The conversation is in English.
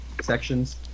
sections